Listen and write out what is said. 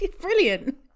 brilliant